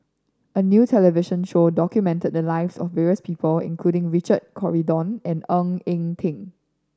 a new television show documented the lives of various people including Richard Corridon and Ng Eng Teng